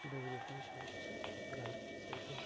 डोगरी भाशा च गल्ल करी सकदे ओ